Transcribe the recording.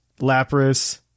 Lapras